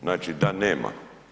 Znači da nema.